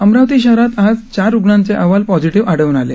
अमरावती शहरात आज चार रुग्णांचे अहवाल पॉझिटिव्ह आढळून आले